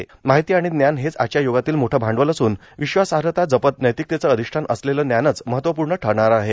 मार्ाहती व ज्ञान हेच आजच्या युगातील मोठ भांडवल असून विश्वासाहता जपत नैर्मातकतेचे अधिष्ठान असलेलं ज्ञानच महत्त्वपूण ठरणार आहे